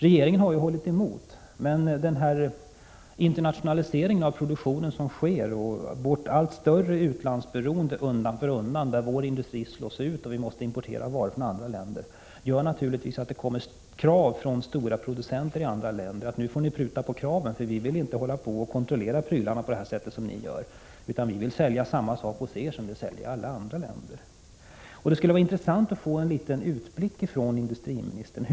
Regeringen har hållit emot, men den internationalisering av produktionen som sker och vårt undan för undan allt större utlandsberoende, där vår industri slås ut och vi tvingas importera varor från andra länder, gör naturligtvis att stora producenter i andra länder säger: Nu får ni pruta på era krav, för vi vill inte kontrollera prylarna på det sätt som ni gör, utan vi vill sälja samma sak hos er som i alla andra länder. Det skulle vara intressant att få en liten utblick från industriministern.